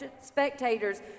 spectators